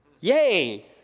Yay